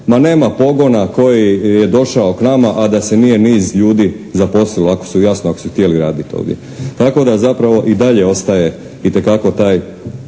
Ma nema pogona koji je došao k nama a da se nije niz ljudi zaposlilo, ako su, jasno ako su htjeli raditi ovdje. Tako da zapravo i dalje ostaje itekako taj